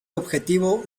objetivo